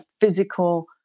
physical